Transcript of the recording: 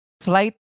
flight